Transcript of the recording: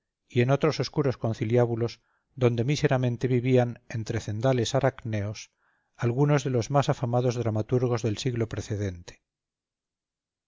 y en otros oscuros conciliábulos donde míseramente vivían entre cendales arachneos algunos de los más afamados dramaturgos del siglo precedente